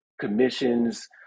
commissions